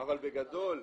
אבל בגדול,